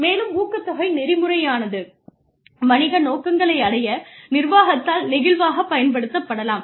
மேலும் ஊக்கத்தொகை நெறிமுறையானது வணிக நோக்கங்களை அடைய நிர்வாகத்தால் நெகிழ்வாகப் பயன்படுத்தப்படலாம்